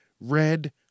Red